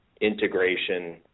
integration